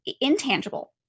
intangible